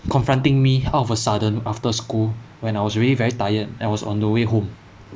confronting me out of a sudden after school when I was really very tired and was on the way home